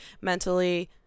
mentally